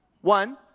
One